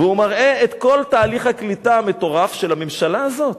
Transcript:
הוא מראה את כל תהליך הקליטה המטורף של הממשלה הזאת,